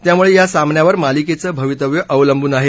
त्यामुळे या सामन्यावर मालिकेचं भवितव्य अवलंबून आहे